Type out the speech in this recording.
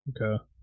Okay